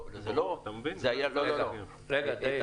רגע.